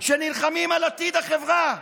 שנלחמים על עתיד החברה.